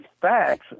facts